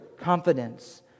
confidence